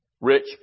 Rich